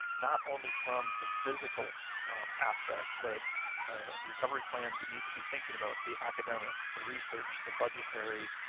not only from the physical aspects, but recovery plans need to be thinking about the academics, the research, the budgetary,